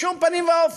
בשום פנים ואופן.